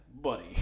Buddy